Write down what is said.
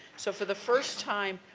so, for the first time,